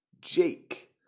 Jake